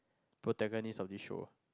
protagonist of this show